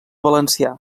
valencià